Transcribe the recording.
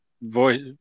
voice